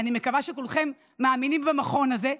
אני מקווה שכולכם מאמינים במכון הזה,